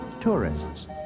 tourists